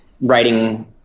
writing